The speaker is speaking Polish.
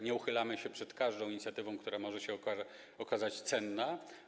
Nie uchylamy się przed żadną inicjatywą, która może się okazać cenna.